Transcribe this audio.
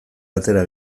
atera